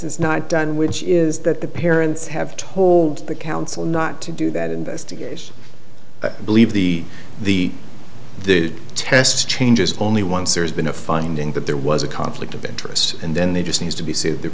is not done which is that the parents have told the council not to do that investigation i believe the the the test changes only once or has been a finding that there was a conflict of interest and then they just need to be sued the